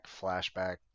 Flashback